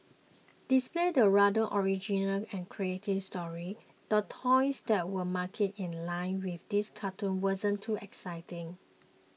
despite the rather original and creative story the toys that were marketed in line with this cartoon wasn't too exciting